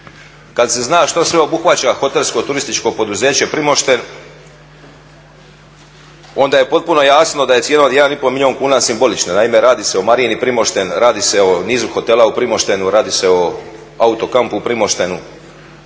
kad se zna što sve obuhvaća hotelsko-turističko poduzeće Primošten onda je potpuno jasno da je cijena od jedan i pol milijun kuna simbolična. Naime, radi se o marini Primošten, radi se o nizu hotela u Primoštenu, radi se o auto kampu Primoštenu.